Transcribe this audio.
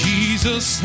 Jesus